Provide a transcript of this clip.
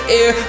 air